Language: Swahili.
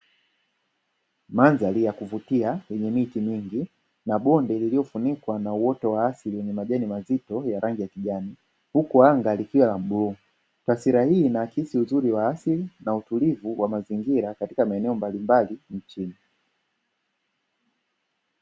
Mandhari ya kuvutia yenye miti mingi, na bonde lililofunikwa na uoto wa asili wenye majani mazito ya rangi ya kijani, huku anga likiwa la bluu, taswira hii inaakisi uzuri wa asili na utulivu wa mazingira katika maeneo mbalimbali nchini.